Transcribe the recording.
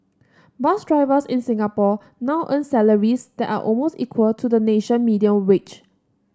bus drivers in Singapore now earn salaries that are almost equal to the national median wage